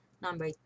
number